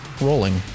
rolling